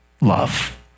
love